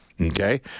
okay